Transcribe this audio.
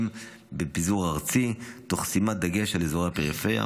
בפיזור ארצי תוך שימת דגש על אזורי הפריפריה,